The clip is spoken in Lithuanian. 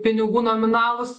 pinigų nominalus